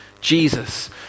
Jesus